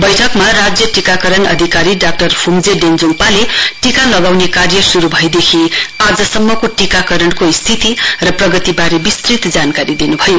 वैठकमा राज्य टीकाकरण अधिकारी डाक्टर फुम्जे डेञ्जोङपावले टीका लगाउने कार्य शुरु भए देखि आजसम्मको टीकाकरणको स्थिति र प्रगतिवारे विस्तृत जानकारी दिनुभयो